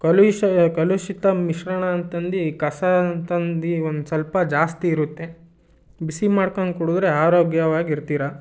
ಕಲುಷ ಕಲುಷಿತ ಮಿಶ್ರಣ ಅಂತಂದು ಕಸ ಅಂತಂದು ಒಂದು ಸ್ವಲ್ಪ ಜಾಸ್ತಿ ಇರುತ್ತೆ ಬಿಸಿ ಮಾಡ್ಕಂಡ್ ಕುಡಿದ್ರೆ ಆರೋಗ್ಯವಾಗಿ ಇರ್ತೀರ